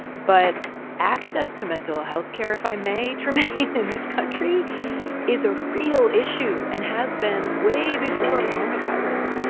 but access to mental health care, if i may, trymaine, in this country is a real issue and has been way before coronavirus.